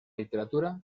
literatura